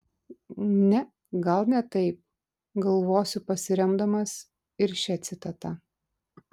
ne gal ne taip galvosiu pasiremdamas ir šia citata